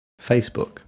Facebook